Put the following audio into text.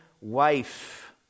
wife